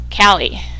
Callie